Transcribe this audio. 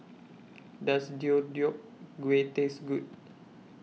Does Deodeok Gui Taste Good